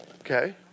Okay